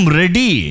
ready